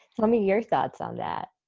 tell me your thoughts on that.